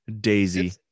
Daisy